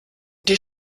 die